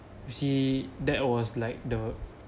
you see that was like the